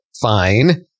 fine